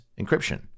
encryption